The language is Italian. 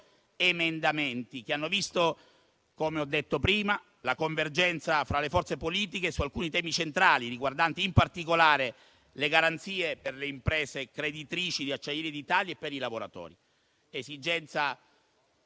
emendamenti, che hanno visto - come ho detto prima - la convergenza fra le forze politiche su alcuni temi centrali riguardanti in particolare le garanzie per le imprese creditrici di Acciaierie d'Italia e per i lavoratori, un'esigenza